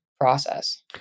process